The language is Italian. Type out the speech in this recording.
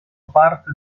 parte